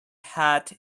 hat